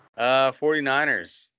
49ers